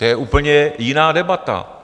To je úplně jiná debata.